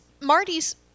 Marty's